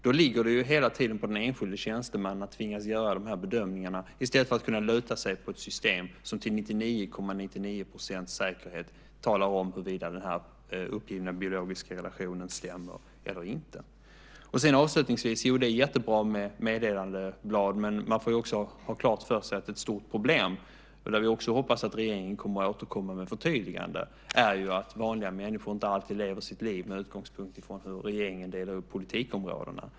Då ligger det hela tiden på den enskilde tjänstemannen att tvingas göra dessa bedömningar, i stället för att kunna luta sig mot ett system som med 99,99 % säkerhet talar om huruvida den uppgivna biologiska relationen stämmer eller inte. Avslutningsvis: Jo, det är jättebra med meddelandeblad. Men man får också ha klart för sig att det är ett stort problem, där vi hoppas att regeringen återkommer med ett förtydligande, att vanliga människor inte alltid lever sitt liv med utgångspunkt från hur regeringen delar upp politikområdena.